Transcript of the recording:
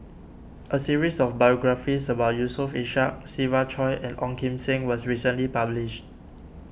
a series of biographies about Yusof Ishak Siva Choy and Ong Kim Seng was recently published